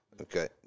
Okay